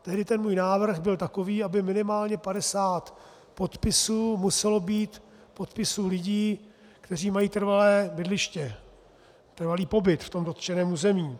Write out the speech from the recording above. Tehdy ten můj návrh byl takový, aby minimálně 50 podpisů muselo být podpisů lidí, kteří mají trvalé bydliště, trvalý pobyt v tom dotčeném území.